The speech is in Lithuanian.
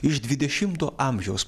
iš dvidešimo amžiaus